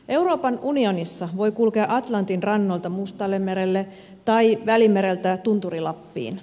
euroopan unionissa voi kulkea atlantin rannoilta mustallemerelle tai välimereltä tunturi lappiin